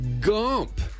Gump